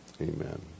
Amen